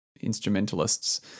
instrumentalists